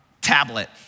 tablet